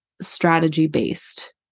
strategy-based